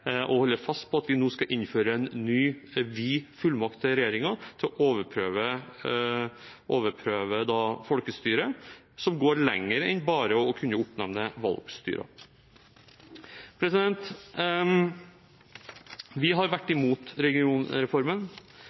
fast ved at vi nå skal innføre en ny, vid fullmakt til regjeringen, og overprøve folkestyret, som går lenger enn bare å kunne oppnevne valgstyrer. Vi har vært imot regionreformen,